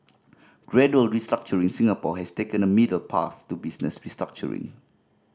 gradual restructuring Singapore has taken a middle path to business restructuring